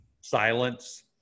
Silence